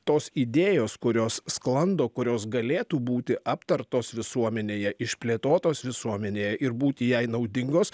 tos idėjos kurios sklando kurios galėtų būti aptartos visuomenėje išplėtotos visuomenėje ir būti jai naudingos